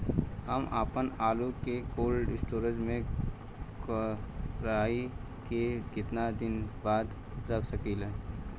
हम आपनआलू के कोल्ड स्टोरेज में कोराई के केतना दिन बाद रख साकिले?